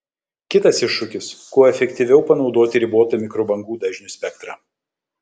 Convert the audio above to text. kitas iššūkis kuo efektyviau panaudoti ribotą mikrobangų dažnių spektrą